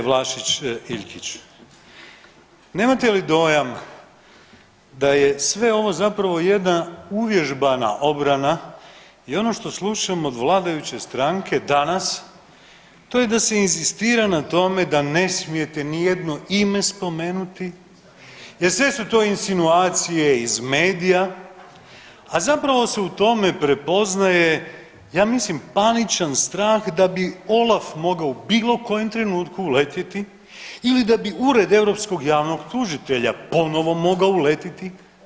Uvažena kolegice Vlašić Iljkić, nemate li dojam da je sve ovo zapravo jedna uvježbana obrana i ono što slušam od vladajuće stranke danas to je da se inzistira na tome da ne smijete ni jedno ime spomenuti, jer sve su to insinuacije iz medija a zapravo se u tome prepoznaje ja mislim paničan strah da bi OLAF mogao u bilo kojem trenutku uletjeti ili da bi Ured europskog javnog tužitelja ponovo mogao uletiti.